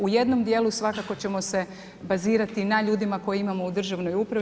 U jednom dijelu svakako ćemo se bazirati na ljudima koje imamo u državnoj upravi.